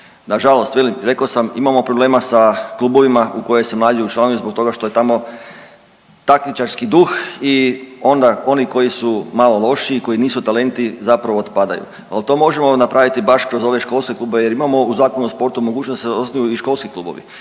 rekao sam, imamo problema sa klubovima u koje se mlađi učlanjuju zbog toga što je tamo takmičarski duh i onda oni koji su malo lošiji, koji nisu talenti zapravo otpadaju, no to možemo napraviti baš kroz ove školske klubove jer imamo u Zakonu o sportu mogućnost da se osnuju i školski klubovi